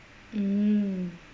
mm